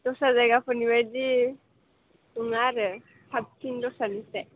दस्रा जायगाफोरनि बायदि नङा आरो साबसिन दस्रानिफ्राय